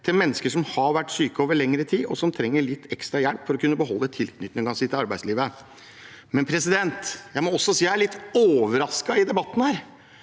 til mennesker som har vært syke over lengre tid, og som trenger litt ekstra hjelp for å kunne beholde tilknytningen til arbeidslivet. Jeg må si jeg er litt overrasket i debatten her